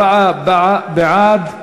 34 בעד,